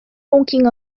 honking